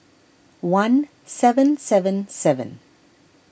one seven seven seven